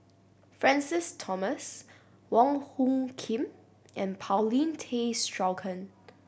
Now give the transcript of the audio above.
Francis Thomas Wong Hung Khim and Paulin Tay Straughan